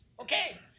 Okay